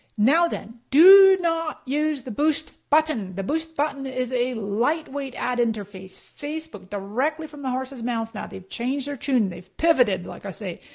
now then, do not use the boost button! the boost button is a lightweight ad interface. facebook directly from the horses mouth now, they've changed their tune. they've pivoted like i say.